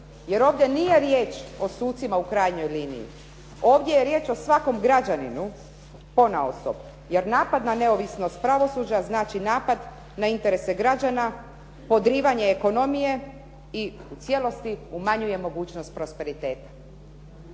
Jer ovdje nije riječ o sucima u krajnjoj liniji, ovdje je riječ o svakom građaninu ponaosob, jer napad na neovisnost pravosuđa znači napad na interese građana, podrivanje ekonomije i u cijelosti umanjuje mogućnost prosperiteta.